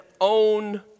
own